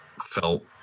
felt